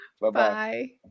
Bye-bye